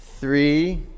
three